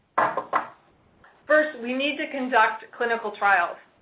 but first, we need to conduct clinical trials